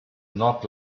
not